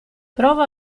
prova